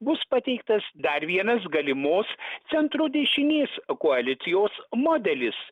bus pateiktas dar vienas galimos centro dešinės koalicijos modelis